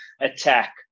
attack